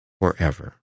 forever